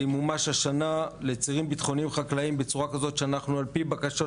זה ימומש השנה לצירים ביטחוניים חקלאיים בצורה כזאת שעל פי בקשות